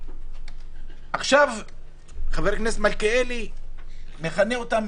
עכשיו חבר הכנסת מלכיאלי מכנה אותם